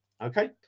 okay